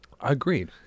agreed